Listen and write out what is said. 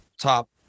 top